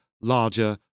larger